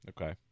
Okay